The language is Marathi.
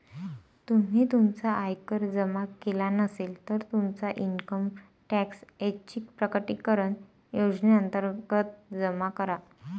तुम्ही तुमचा आयकर जमा केला नसेल, तर तुमचा इन्कम टॅक्स ऐच्छिक प्रकटीकरण योजनेअंतर्गत जमा करा